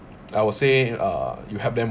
I would say uh you help them